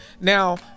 Now